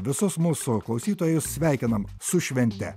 visus mūsų klausytojus sveikinam su švente